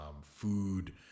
food